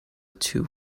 two